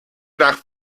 nach